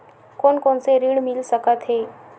कोन कोन से ऋण मिल सकत हे?